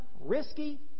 risky